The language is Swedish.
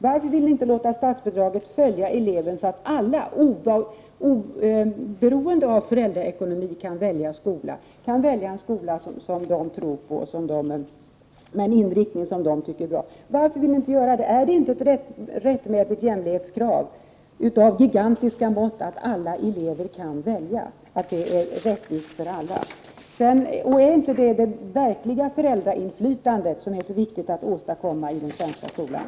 Varför vill ni inte låta statsbidraget följa eleven, så att alla, oberoende av föräldraekonomi, kan välja en skola som de tror på och med en inriktning som de tycker är bra? Varför vill ni inte göra detta, är det inte ett rättmätigt jämlikhetskrav av gigantiska mått att alla elever kan välja? Ger inte detta det verkliga föräldrainflytande som det är så viktigt att åstadkomma i den svenska skolan?